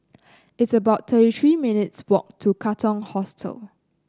it's about thirty three minutes' walk to Katong Hostel